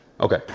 Okay